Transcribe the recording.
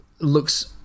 looks